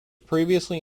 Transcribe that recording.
previously